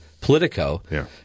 Politico